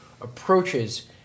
approaches